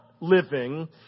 living